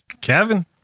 Kevin